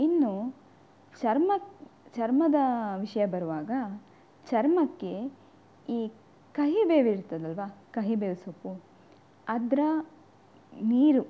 ಇನ್ನು ಚರ್ಮ ಚರ್ಮದ ವಿಷಯ ಬರುವಾಗ ಚರ್ಮಕ್ಕೆ ಈ ಕಹಿಬೇವಿರ್ತದಲ್ಲವಾ ಕಹಿಬೇವು ಸೊಪ್ಪು ಅದರ ನೀರು